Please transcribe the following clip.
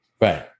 Right